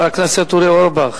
חבר הכנסת אורי אורבך.